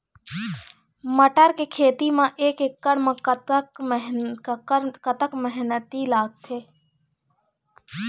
मटर के खेती म एक एकड़ म कतक मेहनती लागथे?